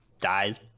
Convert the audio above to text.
dies